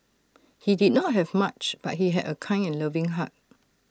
he did not have much but he had A kind and loving heart